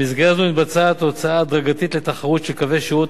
במסגרת זו מתבצעת הוצאה הדרגתית לתחרות של קווי שירות